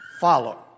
Follow